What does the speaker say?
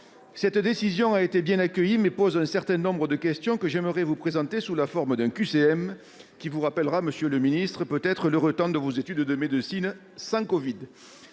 Cette décision a été bien accueillie, mais elle pose un certain nombre de questions que j'aimerais vous présenter sous la forme d'un QCM. Cela vous rappellera peut-être, monsieur le ministre, l'heureux temps de vos études de médecine sans covid.